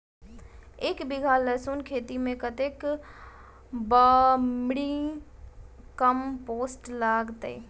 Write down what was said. एक बीघा लहसून खेती मे कतेक बर्मी कम्पोस्ट लागतै?